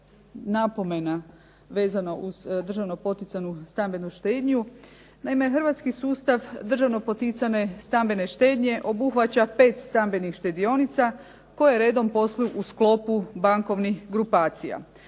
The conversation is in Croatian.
napomena vezano uz državno poticanu stambenu štednju. Naime, hrvatski sustav državno poticane stambene štednje obuhvaća 5 stambenih štedionica koje redom posluju u sklopu bankovnih grupacija.